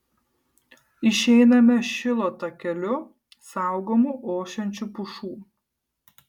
išeiname šilo takeliu saugomu ošiančių pušų